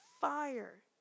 fire